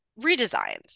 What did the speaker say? redesigns